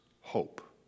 hope